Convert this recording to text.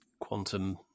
quantum